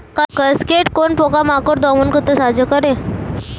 Cascade কোন পোকা মাকড় দমন করতে সাহায্য করে?